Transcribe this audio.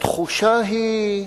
התחושה היא,